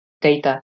data